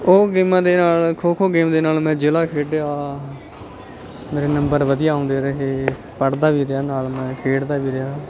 ਉਹ ਗੇਮਾਂ ਦੇ ਨਾਲ ਖੋ ਖੋ ਗੇਮ ਦੇ ਨਾਲ ਮੈਂ ਜ਼ਿਲ੍ਹਾ ਖੇਡਿਆ ਮੇਰੇ ਨੰਬਰ ਵਧੀਆ ਆਉਂਦੇ ਰਹੇ ਪੜ੍ਹਦਾ ਵੀ ਰਿਹਾ ਨਾਲ ਮੈਂ ਖੇਡਦਾ ਵੀ ਰਿਹਾ